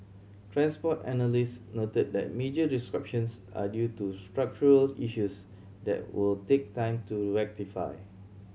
transport analyst noted that major disruptions are due to structural issues that will take time to rectify